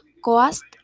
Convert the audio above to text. coast